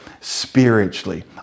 spiritually